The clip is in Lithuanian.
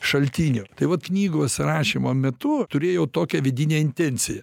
šaltinio tai vat knygos rašymo metu turėjau tokią vidinę intenciją